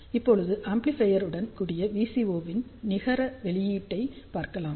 இப்போது ஆம்ப்ளிபையர் உடன் கூடிய VCO இன் நிகர வெளியீடை பார்க்கலாம்